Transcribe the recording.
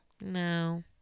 No